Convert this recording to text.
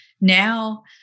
now